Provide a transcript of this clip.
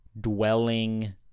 dwelling